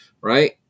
right